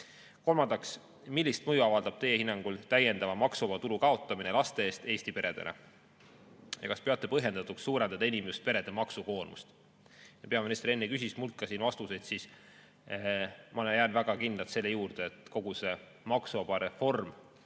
Kolmandaks, millist mõju avaldab teie hinnangul täiendava maksuvaba tulu kaotamine laste eest Eesti peredele? Ja kas peate põhjendatuks suurendada enim just perede maksukoormust? Peaminister enne küsis mult ka siin vastuseid. Ma jään väga kindlalt selle juurde, et kogu see maksuvaba tulu reform,